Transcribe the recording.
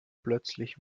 plötzlich